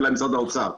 אלא במשרד האוצר.